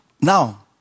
now